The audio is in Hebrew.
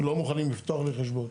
לא מוכנים לפתוח לי חשבון.